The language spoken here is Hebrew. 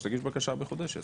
אז שתגיש בקשה מחודשת.